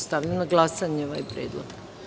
Stavljam na glasanje ovaj predlog.